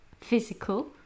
physical